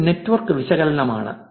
ഇത് നെറ്റ്വർക്ക് വിശകലനമാണ്